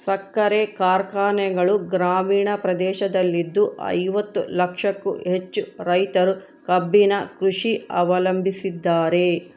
ಸಕ್ಕರೆ ಕಾರ್ಖಾನೆಗಳು ಗ್ರಾಮೀಣ ಪ್ರದೇಶದಲ್ಲಿದ್ದು ಐವತ್ತು ಲಕ್ಷಕ್ಕೂ ಹೆಚ್ಚು ರೈತರು ಕಬ್ಬಿನ ಕೃಷಿ ಅವಲಂಬಿಸಿದ್ದಾರೆ